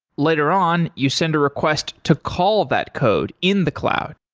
later on you send a request to call that code in the cloud.